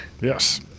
Yes